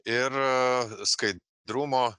ir skai drumo